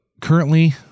currently